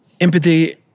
empathy